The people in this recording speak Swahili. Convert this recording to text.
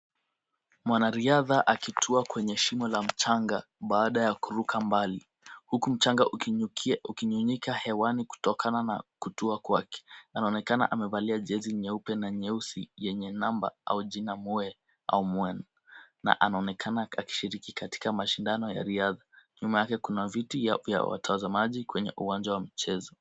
Mwanariadha akitua kwenye shimo la mchanga baada ya kuruka mbali, huku mchanga ukinyunyika hewani kutokana na kutua kwake, na anaonekana amevalia jezi nyeupe na nyeusi yenye namba au jina mue au mueni, na anaonekana akishiriki katika mashindano ya riadha. Nyuma yake kuna viti vya watazamaji kwenye uwanja wa mchezo.